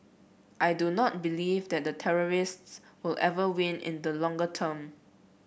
I do not believe that the terrorists will ever win in the longer term